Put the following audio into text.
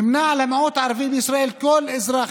2. נמנה על המיעוט הערבי בישראל כל אזרח